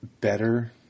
better